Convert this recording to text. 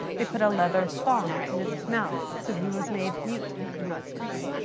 they put a leather thong in his mouth. so he was made mute and could not scream.